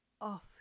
off